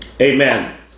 amen